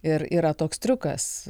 ir yra toks triukas